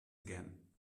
again